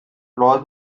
laws